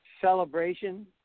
celebration